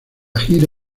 gira